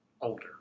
older